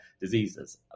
diseases